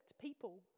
people